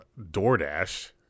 DoorDash